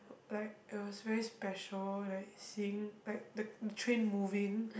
like it was very special like seeing like the train moving